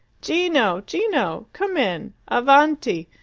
gino! gino! come in! avanti!